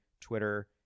twitter